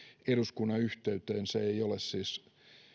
eduskunnan yhteyteen se ei ole siis